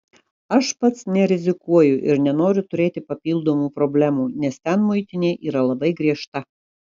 aš pats nerizikuoju ir nenoriu turėti papildomų problemų nes ten muitinė yra labai griežta